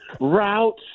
routes